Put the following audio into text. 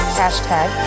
hashtag